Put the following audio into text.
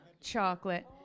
chocolate